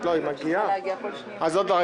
היא צריכה להגיע כל שנייה.